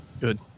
Good